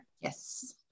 Yes